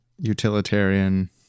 utilitarian